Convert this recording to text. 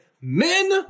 Men